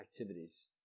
activities